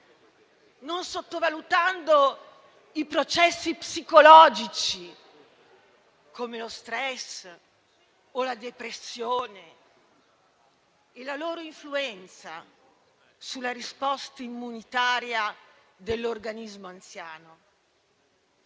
non sottovalutando i processi psicologici, come lo stress o la depressione, e la loro influenza sulla risposta immunitaria dell'organismo anziano.